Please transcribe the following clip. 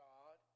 God